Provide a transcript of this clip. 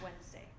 Wednesday